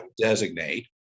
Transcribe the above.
designate